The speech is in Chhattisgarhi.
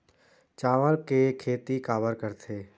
चावल के खेती काबर करथे?